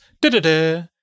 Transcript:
da-da-da